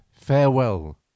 farewell